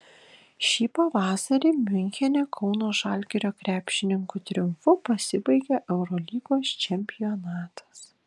šį pavasarį miunchene kauno žalgirio krepšininkų triumfu pasibaigė eurolygos čempionatas